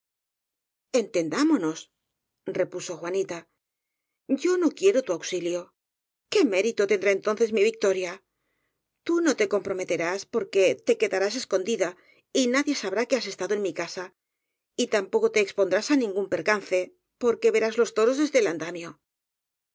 entendámonos repuso juanita yo no quiero tu auxilio qué mérito tendrá entonces mi victoria tú no te comprometerás porque te que darás escondida y nadie sabrá que has estado en mi casa y tampoco te expondrás á ningún per cance porque verás los toros desde el andamio